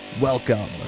Welcome